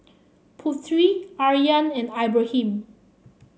Putri Aryan and Ibrahim